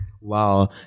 Wow